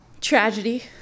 tragedy